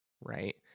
right